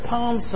Palm